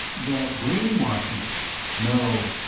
the brainwashing no,